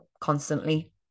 constantly